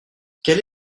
quelle